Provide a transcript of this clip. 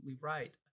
right